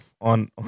on